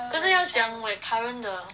可是要讲 like current 的